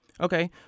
Okay